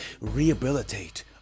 Rehabilitate